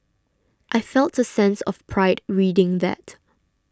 I felt a sense of pride reading that